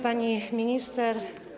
Pani Minister!